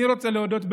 אני רוצה להודות,